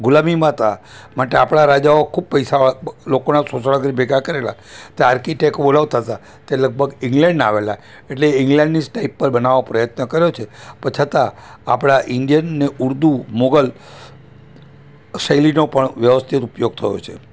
ગુલામીમાં હતા માટે આપણા રાજાઓ ખૂબ પૈસાવાળા લોકોના શોષણો કરી ભેગા કરેલા તે આર્કિટેક બોલાવતા હતા તે લગભગ ઈંગ્લેન્ડના આવેલા એટલે ઈંગ્લેન્ડની જ ટાઈપ પર બનાવવા પ્રયત્ન કર્યો છે પણ છતાં આપણા ઇંડિયન ને ઉર્દુ મુઘલ શૈલીનો પણ વ્યવસ્થિત ઉપયોગ થયો છે